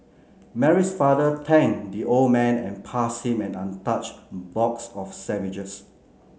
Mary's father thanked the old man and passed him an untouched box of sandwiches